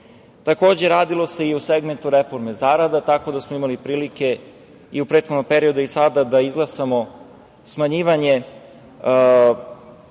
radilo se i u segmentu reforme zarada, tako da smo imali prilike i u prethodnom periodu i sada da izglasamo smanjivanje